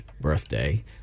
birthday